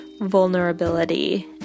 vulnerability